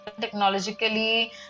technologically